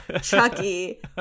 Chucky